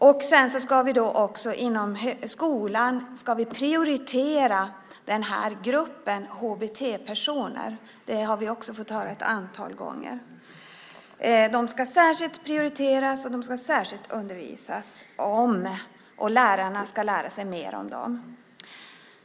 Att gruppen HBT-personer ska prioriteras inom skolan har vi också fått höra ett antal gånger. Dessa personer ska särskilt prioriteras och det ska särskilt undervisas om dem, och lärarna ska lära sig mer om dem.